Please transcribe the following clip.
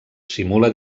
simula